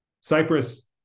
cyprus